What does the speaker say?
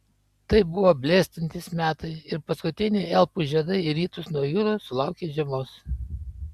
tai buvo blėstantys metai ir paskutiniai elfų žiedai į rytus nuo jūros sulaukė žiemos